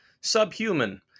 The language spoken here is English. subhuman